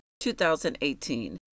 2018